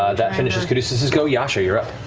ah that finishes caduceus's go. yasha, you're up.